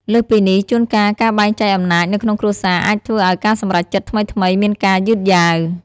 លើសពីនេះ ជួនកាលការបែងចែកអំណាចនៅក្នុងគ្រួសារអាចធ្វើឲ្យការសម្រេចចិត្តថ្មីៗមានការយឺតយ៉ាវ។